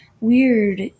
weird